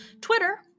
twitter